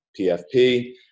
PFP